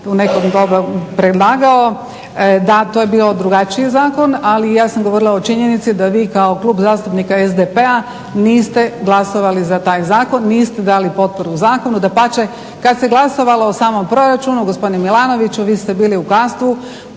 u neko doba predlagao. Da, to je bio drugačiji zakon ali ja sam govorila o činjenici da vi kao Klub zastupnika SDP-a niste glasovali za taj zakon, niste dali potporu zakonu, dapače. Kada se glasovalo o samom proračunu gospodine Milanoviću vi ste bili u Kastvu,